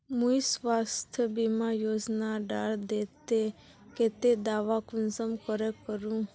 मुई स्वास्थ्य बीमा योजना डार केते दावा कुंसम करे करूम?